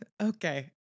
okay